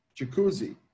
jacuzzi